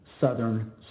Southern